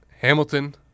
Hamilton